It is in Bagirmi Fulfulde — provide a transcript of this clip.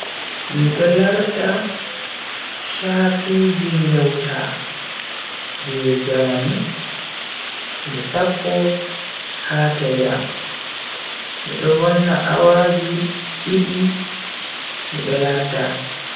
Mido larta shafiji ngewta je jamanu nde sappo ha tele am, mi do vonna awaji didi mido larta.